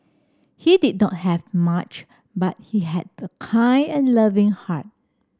he did not have much but he had a kind and loving heart